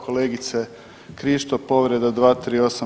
Kolegice Krišto povreda 238.